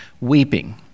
weeping